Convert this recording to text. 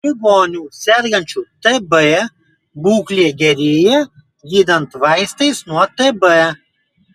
ligonių sergančių tb būklė gerėja gydant vaistais nuo tb